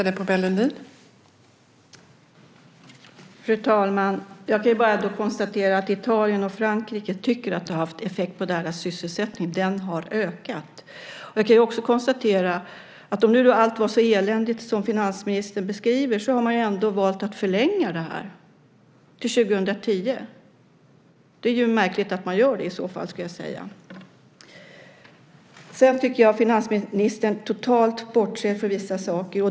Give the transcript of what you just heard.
Fru talman! Jag kan bara konstatera att Italien och Frankrike tycker att detta har haft effekt på deras sysselsättning. Den har ökat. Jag kan också konstatera att om nu allting är så eländigt som finansministern beskriver det så har man ändå valt att förlänga det här till 2010. Det är ju märkligt att man gör det i så fall. Jag tycker att finansministern totalt bortser från vissa saker.